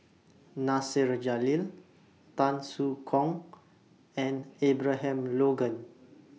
Nasir Jalil Tan Soo Khoon and Abraham Logan